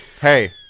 Hey